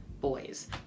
boys